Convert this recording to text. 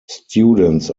students